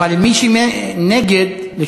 אבל מי שנגד, נגד.